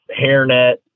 hairnet